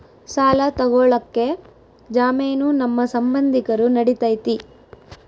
ಸಾಲ ತೊಗೋಳಕ್ಕೆ ಜಾಮೇನು ನಮ್ಮ ಸಂಬಂಧಿಕರು ನಡಿತೈತಿ?